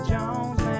Jones